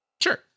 Sure